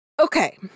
Okay